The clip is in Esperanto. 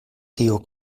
tiu